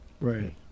Right